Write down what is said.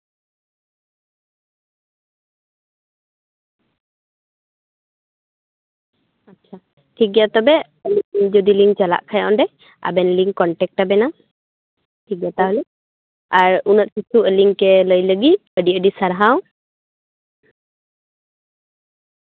ᱟᱪᱪᱷᱟ ᱴᱷᱤᱠᱜᱮᱭᱟ ᱛᱚᱵᱮ ᱟᱞᱤᱧ ᱡᱩᱫᱤ ᱞᱤᱧ ᱪᱟᱞᱟᱜ ᱠᱷᱟᱱ ᱚᱸᱰᱮ ᱟᱵᱮᱱ ᱞᱤᱧ ᱠᱚᱱᱴᱮᱠᱴ ᱟᱵᱮᱱᱟ ᱴᱷᱤᱠᱜᱮᱭᱟ ᱛᱟᱦᱞᱮ ᱟᱨ ᱩᱱᱟᱹᱜ ᱠᱤᱪᱷᱩ ᱟᱞᱤᱧ ᱴᱷᱮᱱ ᱞᱟᱹᱭ ᱞᱟᱹᱜᱤᱫ ᱟᱹᱰᱤᱼᱟᱹᱰᱤ ᱥᱟᱨᱦᱟᱣ